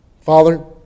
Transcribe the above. Father